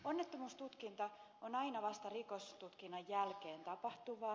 onnettomuustutkinta on aina vasta rikostutkinnan jälkeen tapahtuvaa